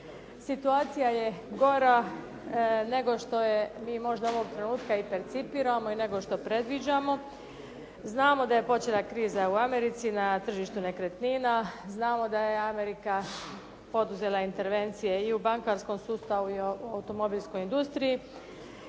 Situacija je gora nego što je, mi možda ovog trenutka i percipiramo i nego što predviđamo. Znamo da je počela kriza u Americi na tržištu nekretnina, znamo da je Amerika poduzela intervencije i u bankarskom sustavu i u automobilskoj industriji.